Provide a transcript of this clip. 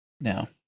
now